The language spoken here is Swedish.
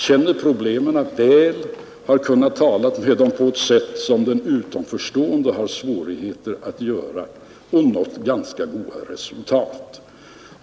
Han har kunnat tala på ett sätt som den utanförstående har svårt att göra och har därför nått ganska goda resultat.